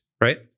right